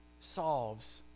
solves